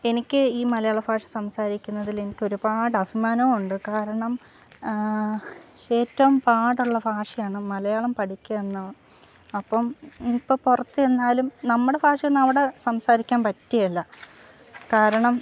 എനിക്ക് ഈ മലയാള ഭാഷ സംസാരിക്കുന്നതിൽ എനിക്ക് ഒരുപാട് അഭിമാനമുണ്ട് കാരണം ഏറ്റവും പാടുള്ള ഭാഷയാണ് മലയാളം പഠിക്കുക എന്നത് അപ്പം ഇപ്പോൾ പുറത്ത് ചെന്നാലും നമ്മുടെ ഭാഷയൊന്നും അവിടെ സംസാരിക്കാൻ പറ്റുകേല കാരണം